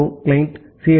O client C